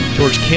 George